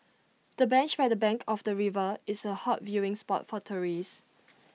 the bench by the bank of the river is A hot viewing spot for tourists